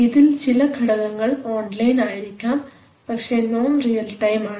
ഇതിൽ ചില ഘടകങ്ങൾ ഓൺലൈൻ ആയിരിക്കാം പക്ഷേ നോൺ റിയൽ ടൈം ആണ്